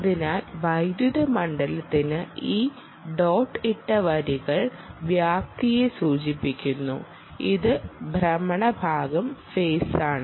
അതിനാൽ വൈദ്യുത മണ്ഡലത്തിന് ഈ ഡോട്ട് ഇട്ട വരികൾ വ്യാപ്തിയെ സൂചിപ്പിക്കുന്നു ഈ ഭ്രമണ ഭാഗം ഫെയിസാണ്